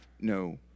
no